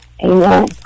amen